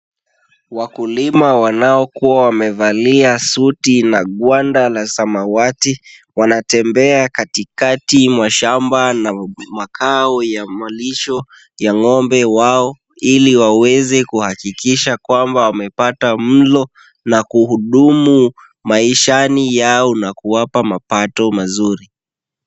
Wakulima wanaokuwa wamevalia suti na ngwanda la samawati, wanatembea katikati mwa shamba na makao ya malisho ya ng'ombe wao, ili waweze kuhakikisha kwamba wamepata mlo na kuhudumu maishani yao na kuwapa mapato mazuri.